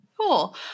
Cool